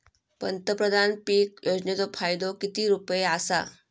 पंतप्रधान पीक योजनेचो फायदो किती रुपये आसा?